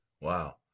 Wow